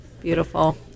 beautiful